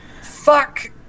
Fuck